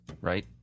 right